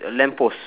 lamp post